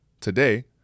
Today